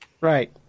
Right